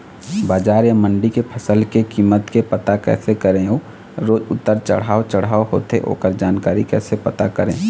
बजार या मंडी के फसल के कीमत के पता कैसे करें अऊ रोज उतर चढ़व चढ़व होथे ओकर जानकारी कैसे पता करें?